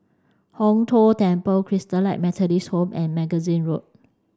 Hong Tho Temple Christalite Methodist Home and Magazine Road